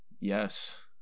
Yes